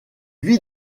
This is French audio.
vit